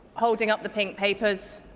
holding up the pink papers.